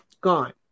gone